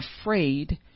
afraid